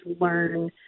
learn